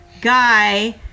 guy